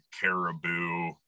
caribou